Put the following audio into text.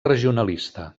regionalista